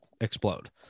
explode